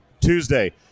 Tuesday